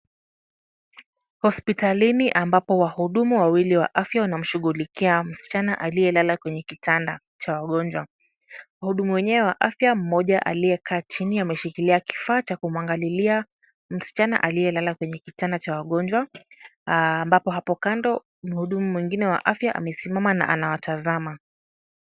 Hospitalini ambapo wahudumu wawili wa afya wanamshughulikia, msichana aliyelala kwenye kitanda cha wagonjwa. Wahudumu wenyewe wa afya, mmoja aliyekaa chini ameshikilia kifaa cha kumwangalilia, msichana aliyelala kwenye kitanda cha wagonjwa ,ambapo hapo kando, mhudumu mwengine wa afya amesimama na anawatazama.